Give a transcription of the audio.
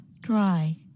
Dry